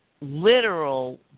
literal